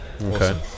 Okay